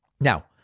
Now